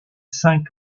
cinq